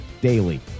daily